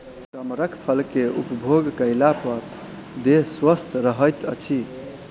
कमरख फल के उपभोग कएला पर देह स्वस्थ रहैत अछि